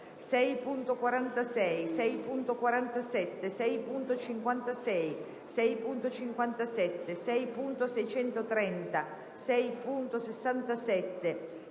6.46, 6.47, 6.56, 6.57, 6.630, 6.67,